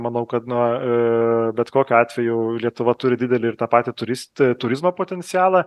manau kad na a bet kokiu atveju lietuva turi didelį ir tą patį turist turizmo potencialą